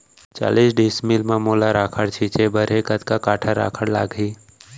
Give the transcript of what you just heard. चालीस डिसमिल म मोला राखड़ छिंचे बर हे कतका काठा राखड़ लागही?